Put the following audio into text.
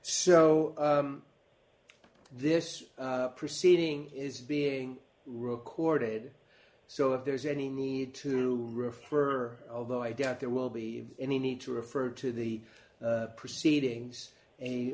so this proceeding is being recorded so if there is any need to refer although i doubt there will be any need to refer to the proceedings a